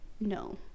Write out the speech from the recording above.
no